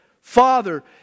Father